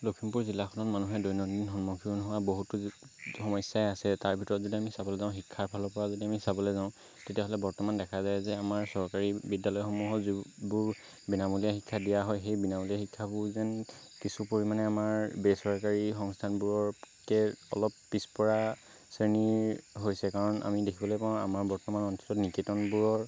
লখিমপুৰ জিলাখনত মানুহে দৈনন্দিন সন্মুখীন হোৱা বহুতো সমস্য়াই আছে তাৰ ভিতৰত যদি আমি চাবলৈ যাওঁ শিক্ষাৰ ফালৰ পৰা যদি আমি চাবলৈ যাওঁ তেতিয়াহ'লে বৰ্তমান দেখা যায় যে আমাৰ চৰকাৰী বিদ্য়ালয়সমূহত যিবোৰ বিনামূলীয়া শিক্ষা দিয়া হয় সেই বিনামূলীয়া শিক্ষাবোৰ যেন কিছু পৰিমাণে আমাৰ বেচৰকাৰী সংস্থানবোৰতকৈ অলপ পিছপৰা শ্ৰেণীৰ হৈছে কাৰণ আমি দেখিবলৈ পাওঁ আমাৰ বৰ্তমান অঞ্চলৰ নিকেতনবোৰৰ